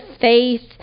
faith